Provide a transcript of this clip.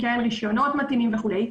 יש לו רישיונות מתאימים וכולי.